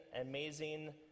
amazing